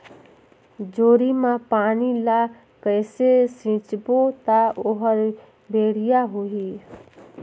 जोणी मा पानी ला कइसे सिंचबो ता ओहार बेडिया होही?